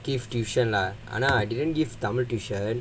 give tuition lah ஆனா:aanaa I didn't give tamil tuition